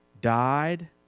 died